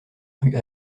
rue